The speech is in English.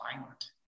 violent